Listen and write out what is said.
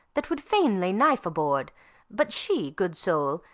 that would fain lay knife aboard but she, good soul,